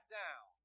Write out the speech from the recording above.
down